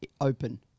open